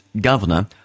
Governor